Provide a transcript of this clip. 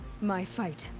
my fight!